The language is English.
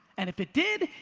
and if it did,